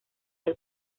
del